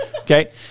okay